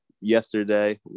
yesterday